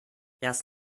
erst